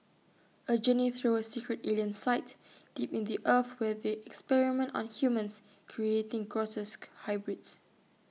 A journey through A secret alien site deep in the earth where they experiment on humans creating grotesque hybrids